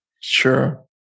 sure